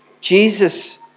Jesus